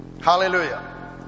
Hallelujah